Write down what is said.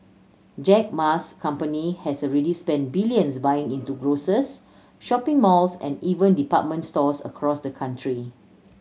Jack Ma's company has already spent billions buying into grocers shopping malls and even department stores across the country